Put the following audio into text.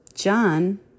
John